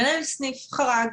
מנהל הסניף חרג,